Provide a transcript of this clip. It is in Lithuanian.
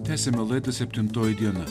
tęsiame laidą septintoji diena